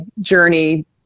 journey